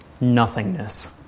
nothingness